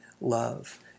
love